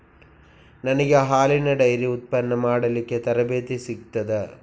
ನನಗೆ ಹಾಲಿನ ಡೈರಿ ಉತ್ಪನ್ನ ಮಾಡಲಿಕ್ಕೆ ತರಬೇತಿ ಸಿಗುತ್ತದಾ?